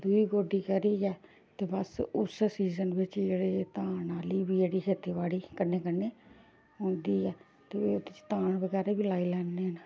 ते दुई गोड्डी करियै ते बस उस सीजन बिच्च जेह्ड़े धान आह्ली बी जेह्ड़ी खेतीबाड़ी कन्नै कन्नै होंदी ऐ ते ओह्दे च धान बगैरा बी लाई लैंदे न